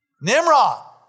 Nimrod